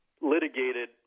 litigated